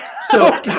So-